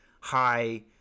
high